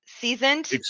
seasoned